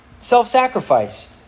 Self-sacrifice